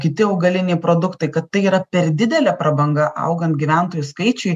kiti augaliniai produktai kad tai yra per didelė prabanga augan gyventojų skaičiui